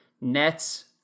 Nets